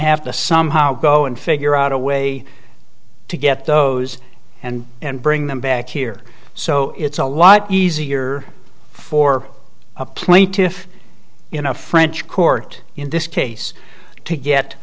have to somehow go and figure out a way to get those and and bring them back here so it's a lot easier for a plaintiff in a french court in this case to get